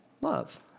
Love